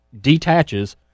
detaches